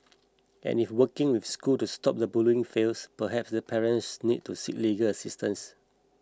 and if working with the school to stop the bullying fails perhaps these parents need to seek legal assistance